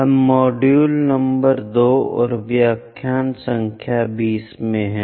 हम module number 2 और व्याख्यान संख्या 20 में हैं